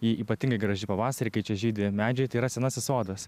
ji ypatingai graži pavasarį kai čia žydi medžiai tai yra senasis sodas